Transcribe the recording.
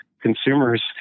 consumers